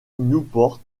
newport